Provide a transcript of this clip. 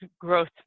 growth